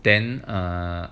ya then err